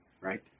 right